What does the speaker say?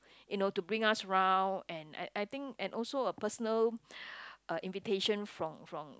you know to bring us round and I I think and also a personal invitation from from